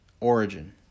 origin